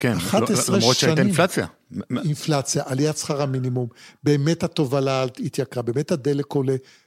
כן, למרות שהייתה אינפלציה. אינפלציה, עליית שכרה מינימום, באמת התובלה התייקרה, באמת הדלק עולה.